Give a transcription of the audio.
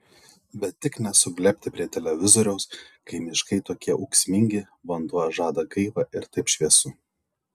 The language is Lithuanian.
bet tik ne suglebti prie televizoriaus kai miškai tokie ūksmingi vanduo žada gaivą ir taip šviesu